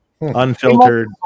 Unfiltered